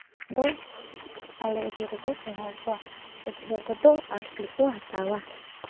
ᱫᱚ ᱟᱞᱮ ᱮᱨᱤᱭᱟ ᱨᱮᱠᱚ ᱯᱟᱲᱦᱟᱣ ᱠᱚᱣᱟ ᱯᱟᱹᱴᱷᱩᱣᱟᱹ ᱠᱚᱫᱚ ᱟᱨᱴᱥ ᱜᱮᱠᱚ ᱦᱟᱛᱟᱣᱟ